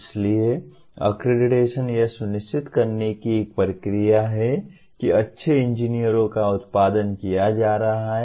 इसलिए अक्रेडिटेशन यह सुनिश्चित करने की एक प्रक्रिया है कि अच्छे इंजीनियरों का उत्पादन किया जा रहा है